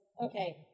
okay